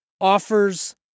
offers